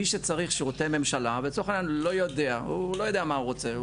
מי שצריך שירותי ממשלה ולצורך העניין הוא לא יודע מה הוא רוצה,